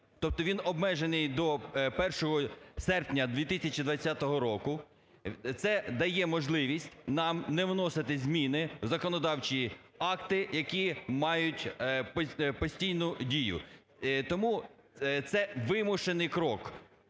тобто він обмежений до 1 серпня 2020 року, це дає можливість нам не вносити зміни в законодавчі акти, які мають постійну дію. Тому це вимушений крок.